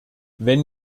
wenn